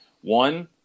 one